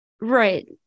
Right